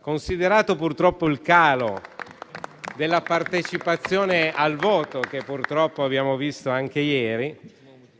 Considerato il calo della partecipazione al voto, che purtroppo abbiamo visto anche ieri,